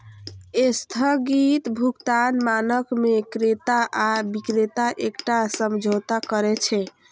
स्थगित भुगतान मानक मे क्रेता आ बिक्रेता एकटा समझौता करै छै